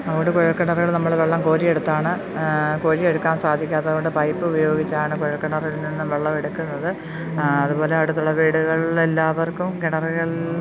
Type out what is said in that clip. അതുകൊണ്ട് കുഴല്ക്കിണറുകൾ നമ്മള് വെള്ളം കോരിയെടുത്താണ് കോരിയെടുക്കാൻ സാധിക്കാത്തതുകൊണ്ട് പൈപ്പ് ഉപയോഗിച്ചാണ് കുഴക്കിണറിൽ നിന്നും വെള്ളമെടുക്കുന്നത് അതുപോലെ അടുത്തുള്ള വീടുകളില് എല്ലാവർക്കും കിണറുകൾ